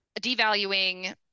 devaluing